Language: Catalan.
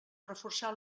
reforçar